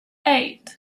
eight